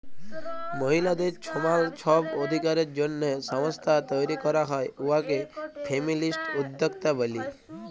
মহিলাদের ছমাল ছব অধিকারের জ্যনহে সংস্থা তৈরি ক্যরা হ্যয় উয়াকে ফেমিলিস্ট উদ্যক্তা ব্যলি